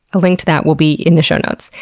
a link to that will be in the show notes.